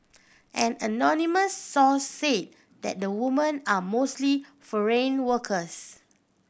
an anonymous source say that the woman are mostly foreign workers